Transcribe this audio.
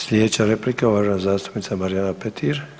Sljedeća replika uvažena zastupnica Marijana Petir.